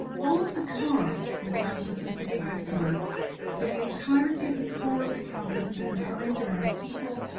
all of the cars for the campus are to the outside so the entirety of the core of the campus is designed around people,